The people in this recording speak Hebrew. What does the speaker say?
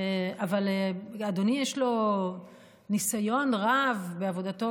אבל לאדוני יש ניסיון רב בעבודתו